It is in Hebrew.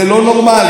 זה לא נורמלי.